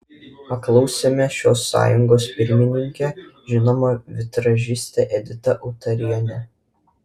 paklausėme šios sąjungos pirmininkę žinomą vitražistę editą utarienę